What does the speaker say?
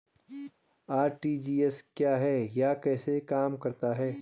RTGS क्या है यह कैसे काम करता है?